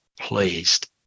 pleased